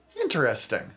Interesting